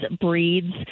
breeds